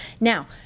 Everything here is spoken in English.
now,